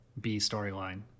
B-storyline